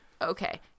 okay